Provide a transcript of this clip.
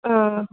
ആ